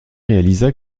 réalisa